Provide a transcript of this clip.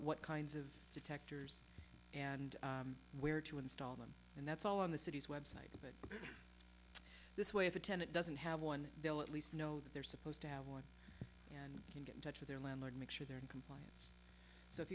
what kinds of detectors and where to install them and that's all on the city's website but this way if a tenant doesn't have one they'll at least know that they're supposed to have one and get in touch with their landlord make sure they're income so if